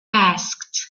asked